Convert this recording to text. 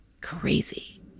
crazy